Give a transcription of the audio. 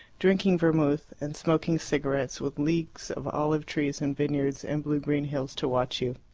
drinking vermouth and smoking cigarettes, with leagues of olive-trees and vineyards and blue-green hills to watch you.